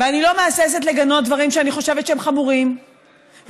ואני לא מהססת לגנות דברים שאני חושבת שהם חמורים ומעליבים,